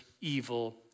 evil